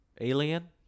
Alien